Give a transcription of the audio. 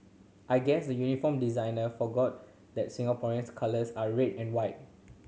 I guess the uniform designer forgot that Singapore's colours are red and white